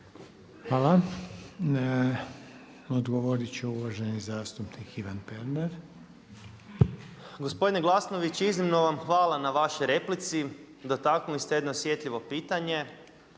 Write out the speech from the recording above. Hvala. Odgovorit će uvaženi zastupnik Ivan Pernar. **Pernar, Ivan (Abeceda)** Gospodine Glasnović, iznimno vam hvala na vašoj replici, dotaknuli ste jedno osjetljivo pitanje,